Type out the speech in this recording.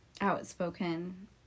outspoken